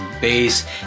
bass